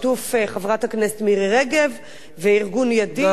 חברת הכנסת מירי רגב וארגון "ידיד" תודה.